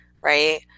right